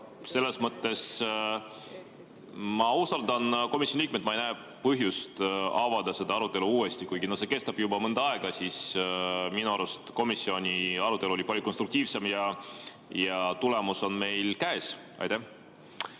Selles mõttes ma usaldan komisjoni liikmeid ega näe põhjust avada seda arutelu uuesti, kuigi see kestab juba mõnda aega. Minu arust komisjoni arutelu oli palju konstruktiivsem ja tulemus on meil käes. Tänan!